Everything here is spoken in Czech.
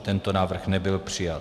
Tento návrh nebyl přijat.